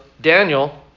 Daniel